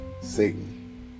Satan